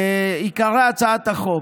עיקרי הצעת החוק: